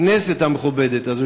והכנסת המכובדת הזו,